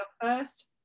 first